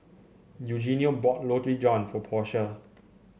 eugenio bought Roti John for Portia